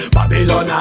Babylon